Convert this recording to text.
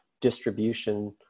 distribution